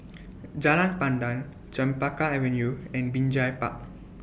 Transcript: Jalan Pandan Chempaka Avenue and Binjai Park